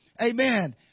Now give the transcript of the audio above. Amen